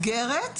לשהייה,